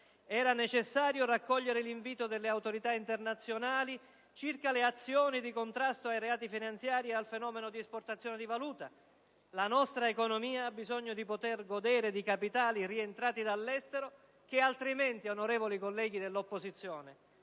Era necessario raccogliere l'invito delle autorità internazionali circa le azioni di contrasto ai reati finanziari e al fenomeno di esportazione di valuta. La nostra economia ha bisogno di poter godere di capitali rientrati dall'estero che altrimenti, onorevoli colleghi dell'opposizione,